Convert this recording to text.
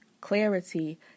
clarity